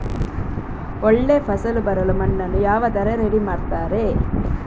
ಒಳ್ಳೆ ಫಸಲು ಬರಲು ಮಣ್ಣನ್ನು ಯಾವ ತರ ರೆಡಿ ಮಾಡ್ತಾರೆ?